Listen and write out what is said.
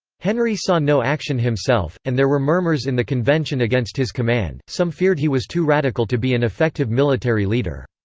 henry saw no action himself, and there were murmurs in the convention against his command some feared he was too radical to be an effective military leader.